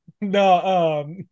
No